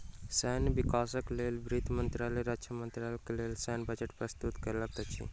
सैन्य विकासक लेल वित्त मंत्रालय रक्षा मंत्रालय के लेल सैन्य बजट प्रस्तुत करैत अछि